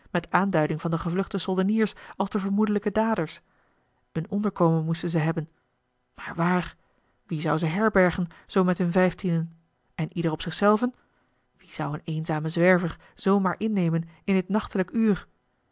met aanduiding van de gevluchte soldeniers als de vermoedelijke daders een onderkomen moesten ze hebben maar waar wie zou ze herbergen zoo met hun vijftienen en ieder op zich zelven wie zou een eenzamen zwerver zoo maar innemen in dit nachtelijk uur